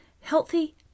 healthy